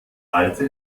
alte